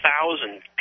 thousand